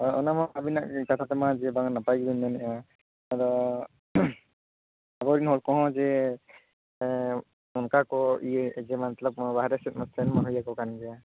ᱦᱳᱭ ᱚᱱᱟ ᱦᱚᱸ ᱟᱵᱤᱱᱟᱜ ᱠᱟᱛᱷᱟ ᱛᱮᱢᱟ ᱡᱮ ᱵᱟᱝ ᱱᱟᱯᱟᱭ ᱜᱮᱵᱮᱱ ᱢᱮᱱᱮᱫᱼᱟ ᱟᱫᱚ ᱟᱵᱚ ᱨᱮᱱ ᱦᱚᱲ ᱠᱚᱦᱚᱸ ᱡᱮ ᱚᱱᱠᱟ ᱠᱚ ᱤᱭᱟᱹᱭᱮᱫᱼᱟ ᱡᱮ ᱢᱚᱛᱚᱞᱚᱵ ᱚᱱᱟ ᱵᱟᱨᱦᱮ ᱥᱮᱫ ᱢᱟ ᱥᱮᱱ ᱢᱟ ᱦᱩᱭᱟᱠᱚ ᱠᱟᱱ ᱜᱮᱭᱟ